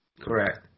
Correct